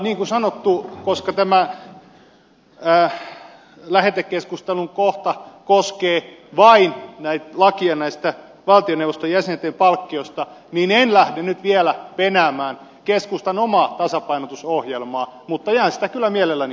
niin kuin sanottu koska tämä lähetekeskustelun kohta koskee vain lakia valtioneuvoston jäsenten palkkioista en lähde nyt vielä penäämään keskustan omaa tasapainotusohjelmaa mutta jään sitä kyllä mielelläni odottelemaan